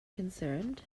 concerned